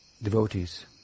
Devotees